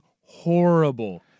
horrible